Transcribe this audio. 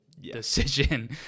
decision